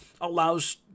allows